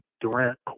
Durant